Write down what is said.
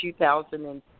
2006